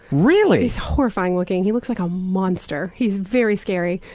really? he's horrifying looking! he looks like a monster. he's very scary.